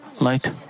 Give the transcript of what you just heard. light